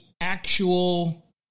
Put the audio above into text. actual